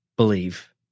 believe